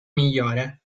migliore